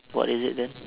what is it then